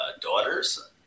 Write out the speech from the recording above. daughters